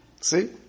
See